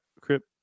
crypt